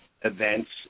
events